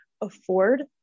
afford